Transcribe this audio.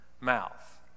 mouth